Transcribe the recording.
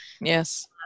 Yes